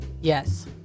Yes